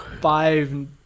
five